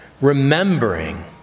remembering